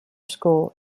school